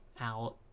out